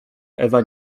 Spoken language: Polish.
ewa